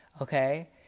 okay